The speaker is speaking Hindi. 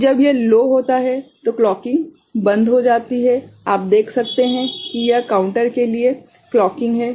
तो जब यह लो होता है तो क्लॉकिंग बंद हो जाती है आप देख सकते हैं कि यह काउंटर के लिए क्लॉकिंग है